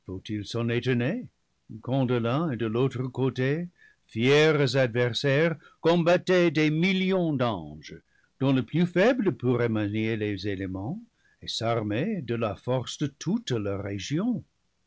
de l'autre côté fiers adversaires combattaient des millions d'anges dont le plus faible pourrait manier les éléments et s'armer de la force de toutes leurs régions